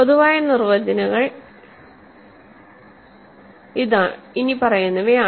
പൊതുവായ നിർവചനങ്ങൾ ഇനിപ്പറയുന്നവയാണ്